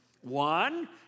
One